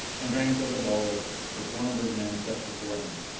and drank of the bowl which one of his men set before him.